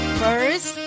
first